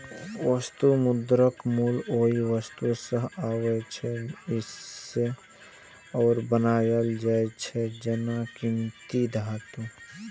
वस्तु मुद्राक मूल्य ओइ वस्तु सं आबै छै, जइसे ओ बनायल जाइ छै, जेना कीमती धातु